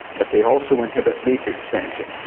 but they also inhibit leaf expansion.